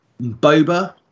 boba